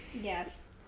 Yes